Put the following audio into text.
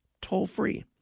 toll-free